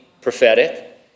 prophetic